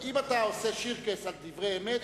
אם אתה עושה "שירקס" על דברי אמת,